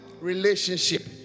relationship